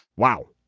wow.